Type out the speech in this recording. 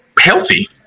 healthy